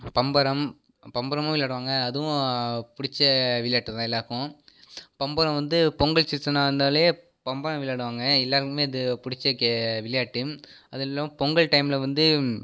பம்பரம் பம்பரமும் விளையாடுவாங்க அதுவும் பிடிச்ச விளையாட்டுதான் எல்லாருக்கும் பம்பரம் வந்து பொங்கல் சீஸனாக இருந்தாலே பம்பரம் விளையாடுவாங்க எல்லாருக்குமே இது பிடிச்ச கே விளையாட்டு அதுவும் இல்லாமல் பொங்கல் டைமில் வந்து